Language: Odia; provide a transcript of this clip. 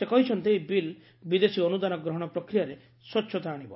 ସେ କହିଛନ୍ତି ଏହି ବିଲ୍ ବିଦେଶୀ ଅନୁଦାନ ଗ୍ରହଣ ପ୍ରକ୍ରିୟାରେ ସ୍ୱଚ୍ଚତା ଆଣିବ